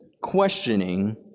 questioning